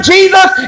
Jesus